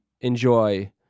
enjoy